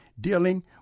dealing